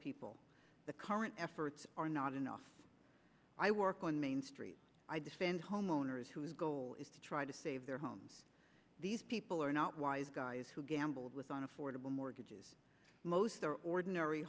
people the current efforts are not enough i work on main street i defend homeowners whose goal is to try to save their homes these people are not wise guys who gambled with on affordable mortgages most are ordinary